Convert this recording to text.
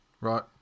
Right